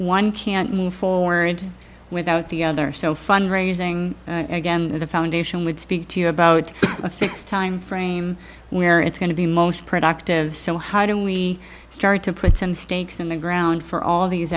one can't move forward without the other so fund raising again the foundation would speak to you about a fixed time frame where it's going to be most productive so how do we start to put some stakes in the ground for all these